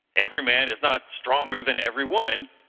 every man is not stronger than every woman,